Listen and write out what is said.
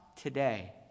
today